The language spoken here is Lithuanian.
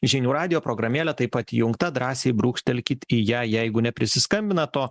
žinių radijo programėle taip pat įjungta drąsiai brūkštelkit į ją jeigu neprisiskambinat o